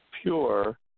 Pure